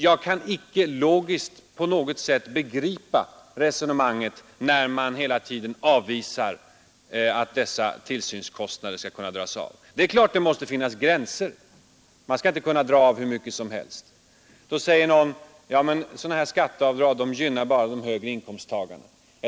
Jag kan inte logiskt på något sätt begripa resonemanget, när man hela tiden avvisar att dessa tillsynskostnader skulle kunna dras av. Det är klart att det måste finnas gränser. Man skall inte kunna dra av hur mycket som helst. Då säger någon: Ja, men sådana här skatteavdrag gynnar bara de högre inkomsttagarna.